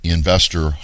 investor